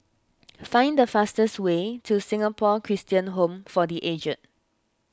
find the fastest way to Singapore Christian Home for the Aged